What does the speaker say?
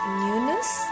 newness